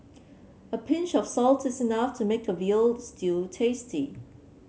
a pinch of salt is enough to make a veal stew tasty